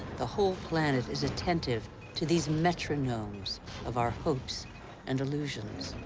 the whole planet is attentive to these metronomes of our hopes and illusions.